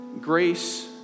grace